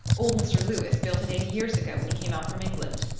old mr. lewis built it eighty years ago when he came out from england.